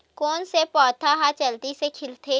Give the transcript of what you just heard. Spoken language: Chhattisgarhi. कोन से पौधा ह जल्दी से खिलथे?